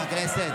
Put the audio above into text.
חברי הכנסת.